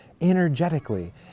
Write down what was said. energetically